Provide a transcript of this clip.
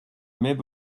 même